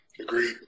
Agreed